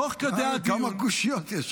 כמה קושיות יש לך?